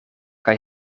kaj